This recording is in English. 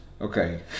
Okay